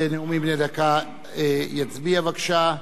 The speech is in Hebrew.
בנאומים בני דקה יצביע, בבקשה,